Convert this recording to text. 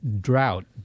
drought